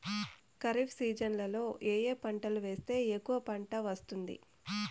ఖరీఫ్ సీజన్లలో ఏ ఏ పంటలు వేస్తే ఎక్కువగా పంట వస్తుంది?